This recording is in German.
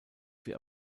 für